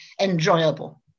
enjoyable